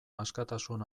askatasun